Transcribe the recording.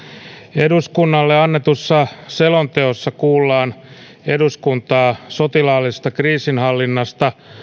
eduskunnalle annetussa selonteossa kuullaan eduskuntaa sotilaallisesta kriisinhallinasta